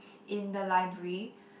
in the library